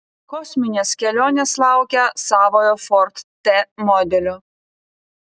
kosminės kelionės laukia savojo ford t modelio